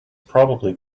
probably